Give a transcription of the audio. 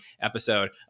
episode